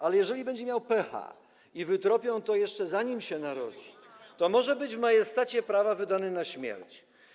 Ale jeżeli będzie miał pecha i to wytropią, jeszcze zanim się narodzi, to może być w majestacie prawa wydany na śmierć.